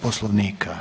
Poslovnika.